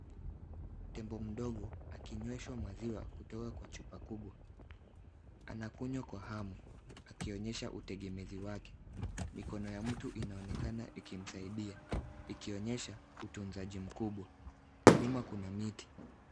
Tembo mdogo akinyweshwa maziwa kutoka kwa chupa kubwa. Anakunywa kwa hamu akionyesha utegemezi wake. Mikono ya mtu inaonekana ikimsaidia ikionyesha utunzaji mkubwa. Nyuma kuna miti.